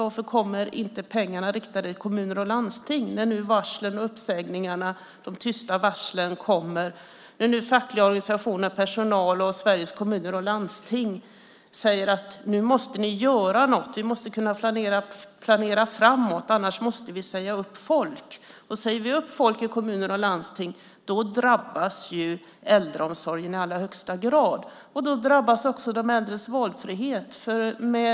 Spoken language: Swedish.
Varför kommer det inte några pengar riktade till kommuner och landsting när nu de tysta varslen och uppsägningarna kommer, när nu fackliga organisationer, personal och Sveriges Kommuner och Landsting säger att nu måste ni göra något? Vi måste kunna planera framåt, annars måste vi säga upp folk, säger de. Sägs folk i kommuner och landsting upp drabbas ju äldreomsorgen i allra högsta grad, och då drabbas också de äldres valfrihet.